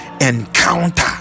encounter